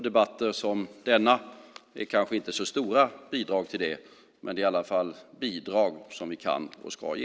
Debatter som denna är kanske inte så stora bidrag till det, men det är i alla fall bidrag som vi kan och ska ge.